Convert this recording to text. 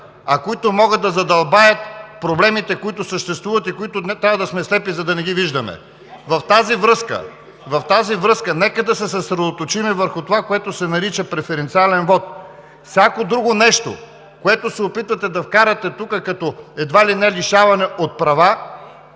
а могат да задълбаят проблемите, които съществуват и ние трябва да сме слепи, за да не ги виждаме. Нека да се съсредоточим върху това, което се нарича „преференциален вот“. Всяко друго нещо, което се опитвате да вкарате тук, едва ли не като лишаване от права,